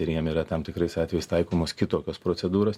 ir jiem yra tam tikrais atvejais taikomos kitokios procedūros